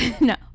No